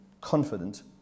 confident